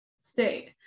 state